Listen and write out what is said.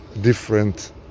different